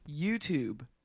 YouTube